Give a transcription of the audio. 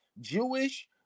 Jewish